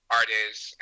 artists